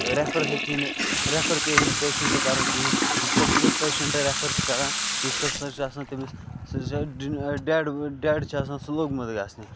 refer ہیٚکہِ نہٕ refer پیٚیہِ ہا نہٕ پیشَنٹ کَرُن کِہیٖنۍ ییٖتِس کالَس ہَسا پیشَنٹ ریٚفَر چھِ کَران تیٖتِس کالَس ہَسا چھ آسان تمِس ڈیٚڈ ڈیٚڈ چھُ آسان سُہ لوٚگمُت گَژھنہِ